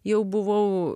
jau buvau